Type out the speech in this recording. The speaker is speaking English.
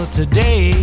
today